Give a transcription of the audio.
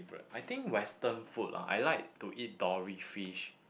I think western food lah I like to eat dolly fish